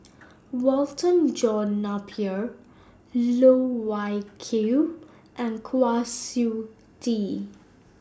Walter John Napier Loh Wai Kiew and Kwa Siew Tee